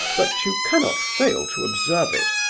but you cannot fail to observe it.